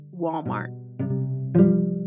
Walmart